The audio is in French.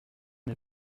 mes